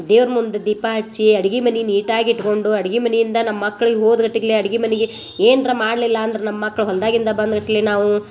ದೇವ್ರ ಮುಂದೆ ದೀಪ ಹಚ್ಚಿ ಅಡಿಗೆ ಮನೆ ನೀಟಾಗಿಟ್ಕೊಂಡು ಅಡಿಗೆ ಮನಿಯಿಂದ ನಮ್ಮ ಮಕ್ಳಿಗೆ ಹೋದ್ರೆ ಗಟ್ಲಿಗ್ಯ ಅಡ್ಗಿ ಮನೆಗೆ ಏನ್ರ ಮಾಡಲಿಲ್ಲ ಅಂದ್ರೆ ನಮ್ಮ ಮಕ್ಳು ಹೊಲ್ದಾಗಿಂದ ಬಂದ್ಗಟ್ಲೆ ನಾವು